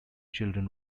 children